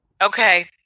Okay